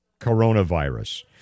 coronavirus